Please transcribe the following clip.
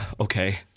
okay